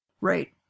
Right